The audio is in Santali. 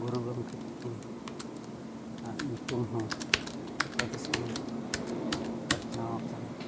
ᱜᱩᱨᱩ ᱜᱚᱢᱠᱮ ᱛᱤᱠᱤᱱᱟᱜ ᱧᱩᱛᱩᱢ ᱦᱚᱸ ᱜᱚᱴᱟ ᱫᱤᱥᱚᱢ ᱯᱟᱥᱱᱟᱣ ᱟᱠᱟᱱᱟ